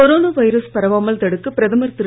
corona virus பரவாமல் தடுக்க பிரதமர் திரு